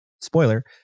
spoiler